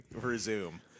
resume